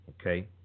okay